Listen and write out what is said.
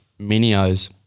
Minios